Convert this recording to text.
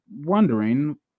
wondering